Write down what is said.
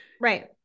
right